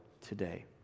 Today